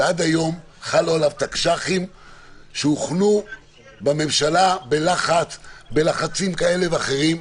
שעד היום חלו עליו תקש"חים שהוכנו בממשלה בלחצים כאלה ואחרים,